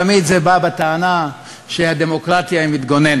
תמיד זה בא בטענה שהדמוקרטיה היא מתגוננת,